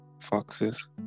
foxes